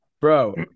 Bro